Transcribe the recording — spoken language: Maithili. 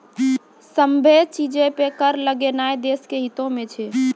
सभ्भे चीजो पे कर लगैनाय देश के हितो मे छै